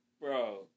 bro